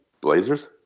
Blazers